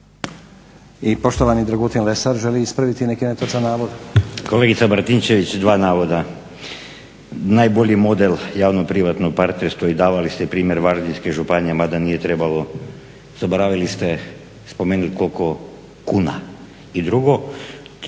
**Lesar, Dragutin (Hrvatski laburisti - Stranka rada)** Kolegica Martinčević, dva navoda. Najbolji model javno-privatnog partnerstva i davali ste primjer Varaždinske županije, ma da nije trebalo, zaboravili ste spomenuti koliko kuna. I drugo,